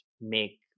make